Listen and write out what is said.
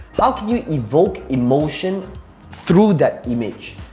how can you evoke emotion through that image,